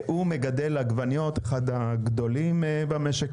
הוא מקבל עגבניות, אחד הגדולים במשק.